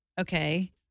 Okay